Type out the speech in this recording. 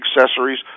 accessories